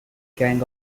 gang